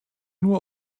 nur